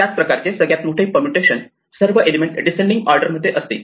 त्याच प्रकारचे सगळ्यात मोठे परमुटेशन म्हणजे सर्व एलिमेंट डीसेन्डिंग ऑर्डर मध्ये असतील